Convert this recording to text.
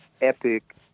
epic